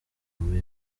ubu